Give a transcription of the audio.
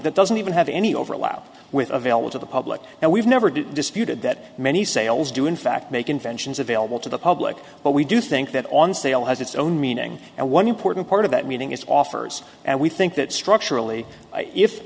that doesn't even have any overlap with available to the public and we've never disputed that many sales do in fact make inventions available to the public but we do think that on sale has its own meaning and one important part of that meeting is offers and we think that structurally if